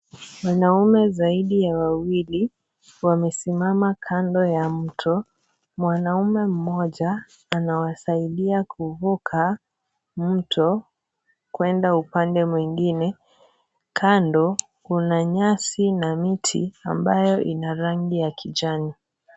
Wanaume zaidi ya wawili wamesimama kando ya mto. Mwanamme mmoja anawasaidia kuvuka mto kwenda upande mwingine. Kando kuna nyasi na miti ambayo ina rangi ya kijani.